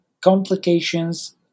complications